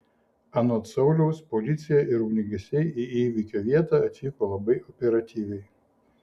anot sauliaus policija ir ugniagesiai į įvykio vietą atvyko labai operatyviai